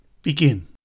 Begin